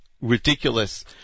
ridiculous